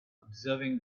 observing